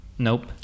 Nope